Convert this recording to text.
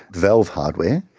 valve hardware,